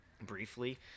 briefly